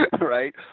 right